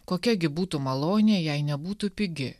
kokia gi būtų malonė jei nebūtų pigi